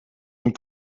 hun